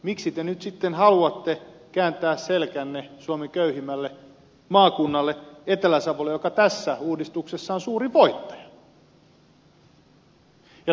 miksi te nyt sitten haluatte kääntää selkänne suomen köyhimmälle maakunnalle etelä savolle joka tässä uudistuksessa on suuri voittaja